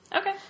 okay